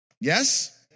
Yes